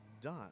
done